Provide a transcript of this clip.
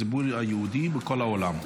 זה הציבור היהודי בכל העולם.